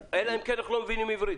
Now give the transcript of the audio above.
אלא אם כן אנחנו לא מבינים עברית.